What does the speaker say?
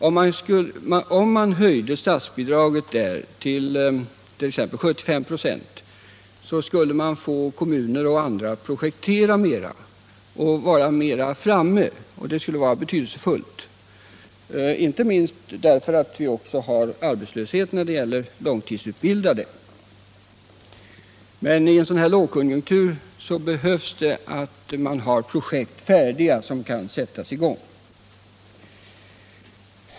Om man höjde statsbidraget för detta ändamål Om åtgärder för att till exempelvis 75 96 så skulle man få kommuner och andra att projektera — trygga sysselsättmer och vara mer framme. Det skulle vara betydelsefullt, inte minst — ningen i Bohuslän, därför att vi också har arbetslöshet bland långtidsutbildade. Men i en — m.m. sådan här lågkonjunktur behöver man ha projekt färdiga, som kan sättas i gång.